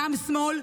גם שמאל,